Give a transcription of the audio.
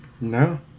No